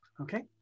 Okay